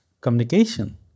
communication